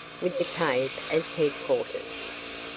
with the cave as headquarters.